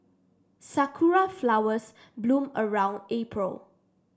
sakura flowers bloom around April